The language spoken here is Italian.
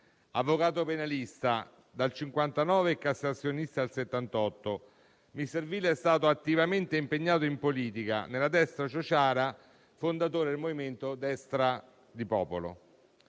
Avvocato penalista dal 1959 e cassazionista dal 1978, Misserville è stato attivamente impegnato in politica nella destra ciociara, fondatore del movimento politico Destra di Popolo;